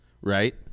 Right